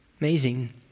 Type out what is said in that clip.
Amazing